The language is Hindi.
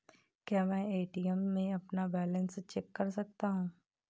क्या मैं ए.टी.एम में अपना बैलेंस चेक कर सकता हूँ?